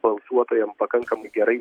balsuotojam pakankamai gerai